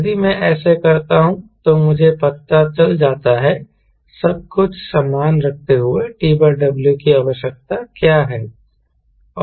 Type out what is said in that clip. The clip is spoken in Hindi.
यदि मैं ऐसा करता हूं तो मुझे पता चल सकता है सब कुछ समान रखते हुए TW की आवश्यकता क्या है